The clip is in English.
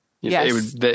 yes